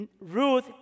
Ruth